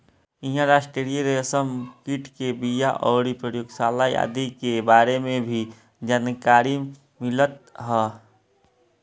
इहां राष्ट्रीय रेशम कीट के बिया अउरी प्रयोगशाला आदि के बारे में भी जानकारी मिलत ह